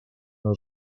zona